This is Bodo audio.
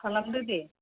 खालामदो दे